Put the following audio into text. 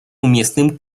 уместным